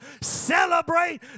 Celebrate